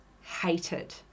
hated